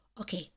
okay